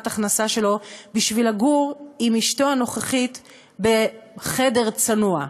הכנסה שלו בשביל לגור עם אשתו הנוכחית בחדר צנוע.